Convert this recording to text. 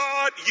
God